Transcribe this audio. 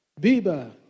Bieber